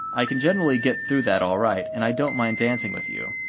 i can generally get through that all right, and i don't mind dancing with you,